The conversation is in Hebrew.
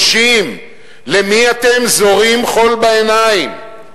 30. למי אתם זורים חול בעיניים?